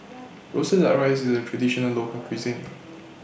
Roasted Duck Rice IS A Traditional Local Cuisine